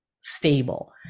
stable